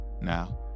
Now